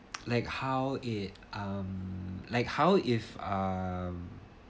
like how it um like how if um